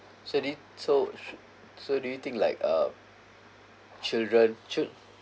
so d~ so shou~ so do you think like um children should